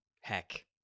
heck